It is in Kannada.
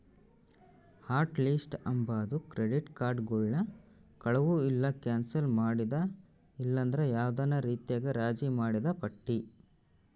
ಹಾಟ್ ಲಿಸ್ಟ್ ಅಂಬಾದು ಕ್ರೆಡಿಟ್ ಕಾರ್ಡುಗುಳ್ನ ಕಳುವು ಇಲ್ಲ ಕ್ಯಾನ್ಸಲ್ ಮಾಡಿದ ಇಲ್ಲಂದ್ರ ಯಾವ್ದನ ರೀತ್ಯಾಗ ರಾಜಿ ಮಾಡಿದ್ ಪಟ್ಟಿ